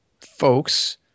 folks